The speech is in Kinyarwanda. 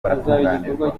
baratunganirwa